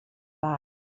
backs